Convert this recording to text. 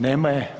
Nema je.